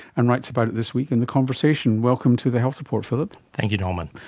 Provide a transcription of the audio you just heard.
and writes about it this week in the conversation. welcome to the health report philip. thank you norman.